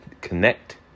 connect